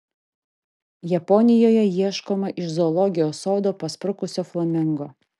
japonijoje ieškoma iš zoologijos sodo pasprukusio flamingo